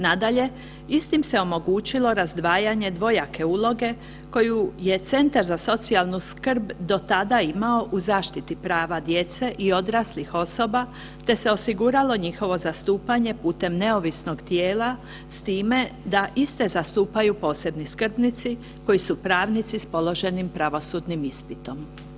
Nadalje, istim se omogućilo razdvajanje dvojake uloge koji je Centar za socijalnu skrb do tada imao u zaštiti prava djece i odraslih osoba te se osiguralo njihovo zastupanje putem neovisnog tijela, s time da iste zastupaju posebni skrbnici koji su pravnici s položenim pravosudnim ispitom.